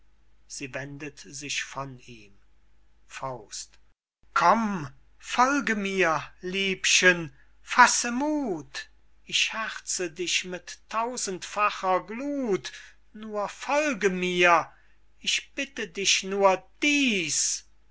ihm komm folge mir liebchen fasse muth ich herze dich mit tausendfacher glut nur folge mir ich bitte dich nur dieß